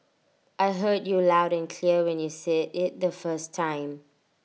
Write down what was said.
I heard you loud and clear when you said IT the first time